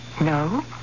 No